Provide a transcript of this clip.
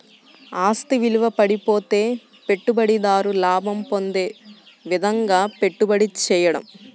ఆస్తి విలువ పడిపోతే పెట్టుబడిదారు లాభం పొందే విధంగాపెట్టుబడి చేయడం